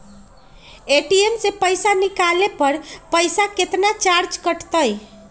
ATM से पईसा निकाले पर पईसा केतना चार्ज कटतई?